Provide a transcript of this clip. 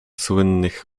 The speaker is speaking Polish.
słynnych